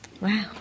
Wow